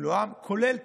כולל תוספות.